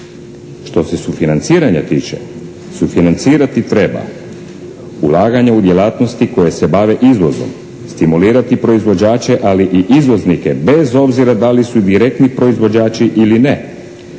Što se sufinanciranja tiče, sufinancirati treba ulaganja u djelatnosti koje se bave izvozom, stimulirati proizvođače, ali i izvoznike bez obzira da li su direktni proizvođači ili ne,